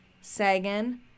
Sagan